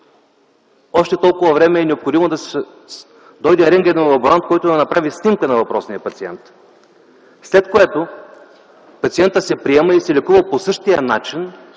още толкова време е необходимо да дойде рентгеновият лаборант, който да направи снимка на въпросния пациент, след което пациентът се приема и се лекува по същия начин...